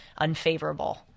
Unfavorable